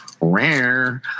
rare